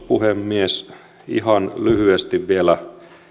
puhemies ihan lyhyesti vielä